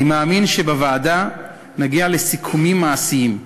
אני מאמין שבוועדה נגיע לסיכומים מעשיים.